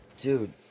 Dude